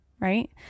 right